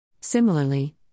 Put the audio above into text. Similarly